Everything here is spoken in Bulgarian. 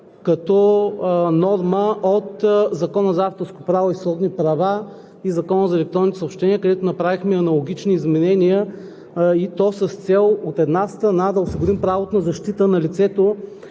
като норма от Закона за авторското право и сродните права и Закона за електронните съобщения, където направихме аналогични изменения, и то с цел, от една страна, да осигурим правото на защита на лицето,